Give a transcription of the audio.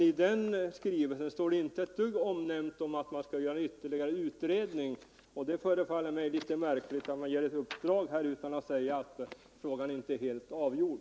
I den skrivelsen står ingenting nämnt om att ytterligare utredning skall göras. Det förefaller mig litet märkligt att man ger ett uppdrag utan att säga att frågan inte är helt avgjord.